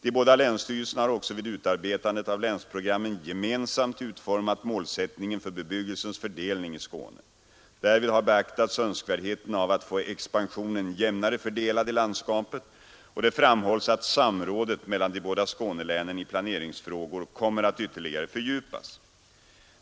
De båda länsstyrelserna har också vid utarbetandet av länsprogrammen gemensamt utformat målsättningen för bebyggelsens fördelning i Skåne. Därvid har beaktats önskvärdheten av att få expansionen jämnare fördelad i landskapet, och det framhålls att samrådet mellan de båda Skånelänen i planeringsfrågor kommer att ytterligare fördjupas.